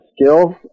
skills